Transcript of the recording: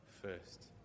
first